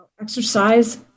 exercise